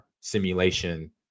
simulation